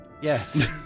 Yes